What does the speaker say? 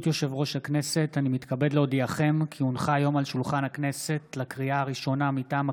16:00 תוכן העניינים מסמכים שהונחו על שולחן הכנסת 3 מזכיר